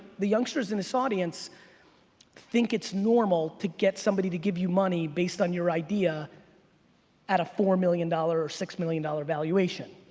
the youngsters in this audience think it's normal to get somebody to give you money based on your idea at a four million dollar or six million dollar evaluation.